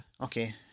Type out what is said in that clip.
Okay